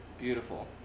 Beautiful